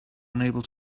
unable